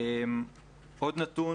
עוד נתון